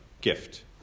gift